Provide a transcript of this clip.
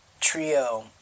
trio